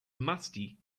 musty